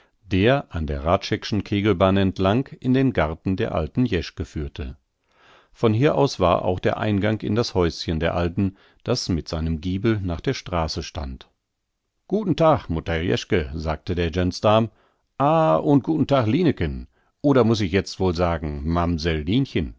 der an der hradscheck'schen kegelbahn entlang in den garten der alten jeschke führte von hier aus war auch der eingang in das häuschen der alten das mit seinem giebel nach der straße stand guten tag mutter jeschke sagte der gensdarm ah und guten tag lineken oder ich muß jetzt wohl sagen